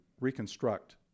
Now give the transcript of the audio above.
reconstruct